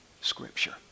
Scripture